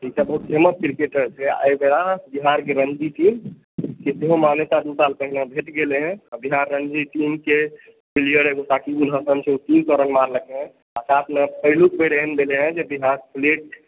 ईसभ बहुत famous cricketer छै एहि बेरा बिहारके रणजी टीमके सेहो मान्यता दू साल पहिने भेटि गेलय हें बिहार रणजी टीमके प्लेअर एगो पाकिबुल हसन छै ओ तीन सए रन मारलकय आ साथमे पहिलुक बेर एहेन भेलय हँ जे बिहार